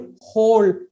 whole